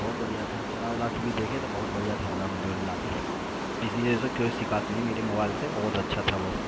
بہت بڑھیا تھا چلا اولا کے بھی دیکھے تو بہت بڑھیا تھا الحمد للہ اسی وجہ سے کوئی سکاات نہیں میرے موبائل سے بہت اچھا تھا وہ